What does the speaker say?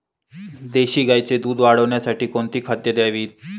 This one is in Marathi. देशी गाईचे दूध वाढवण्यासाठी कोणती खाद्ये द्यावीत?